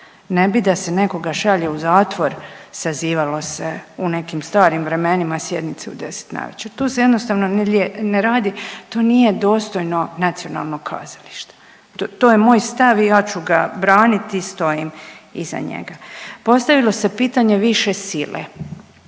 Ne bi da se nekoga šalje u zatvor sazivalo se u nekim starim vremenima sjednice u 10 navečer. To se jednostavno ne radi, to nije dostojno nacionalnog kazališta. To je moj stav i ja ću ga braniti i stojim iza njega. Postavilo se pitanje više sile.